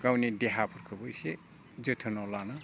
गावनि देहाफोरखौबो एसे जोथोनाव लानो